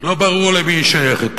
לא ברור למי היא שייכת,